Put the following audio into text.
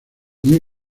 new